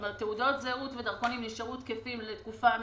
כלומר תעודות זהות ודרכונים נשארו תקפים לתקופה מסוימת,